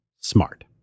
smart